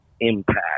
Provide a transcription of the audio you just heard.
impact